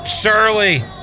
Shirley